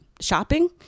shopping